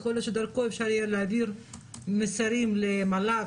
יכול להיות שדרכו אפשר יהיה להעביר מסרים למועצה להשכלה גבוהה,